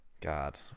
God